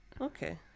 Okay